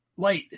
light